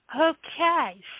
Okay